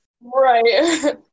Right